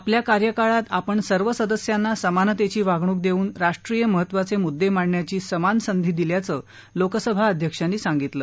आपल्या कार्यकाळात आपण सर्व सदस्यांना समानतेची वागणूक देऊन राष्ट्रीय महत्वाचे मुद्दे मांडण्याची समान संधी दिल्याचं लोकसभा अध्यक्षांनी सांगितलं